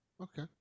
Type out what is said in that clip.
Okay